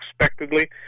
unexpectedly